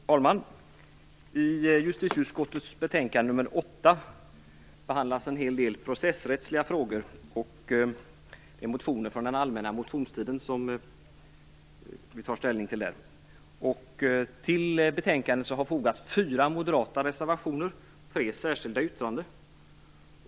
Fru talman! I justitieutskottets betänkande nr 8 behandlas en hel del processrättsliga frågor. Det är motioner från den allmänna motionstiden som vi tar ställning till där. Till betänkandet har fogats fyra moderata reservationer och tre särskilda yttranden.